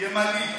ימנית